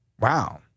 Wow